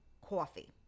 coffee